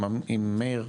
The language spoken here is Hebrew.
עם מאיר,